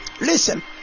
listen